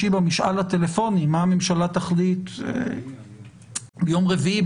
במשאל הטלפוני מה הממשלה תחליט --- יום רביעי.